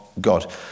God